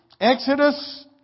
Exodus